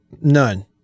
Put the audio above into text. None